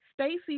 Stacey